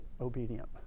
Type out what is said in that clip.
obedient